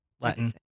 Latin